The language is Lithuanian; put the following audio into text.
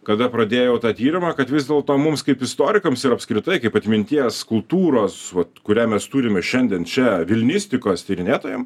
kada pradėjau tą tyrimą kad vis dėlto mums kaip istorikams ir apskritai kaip atminties kultūros kurią mes turime šiandien čia vilnistikos tyrinėtojam